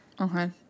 okay